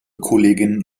kolleginnen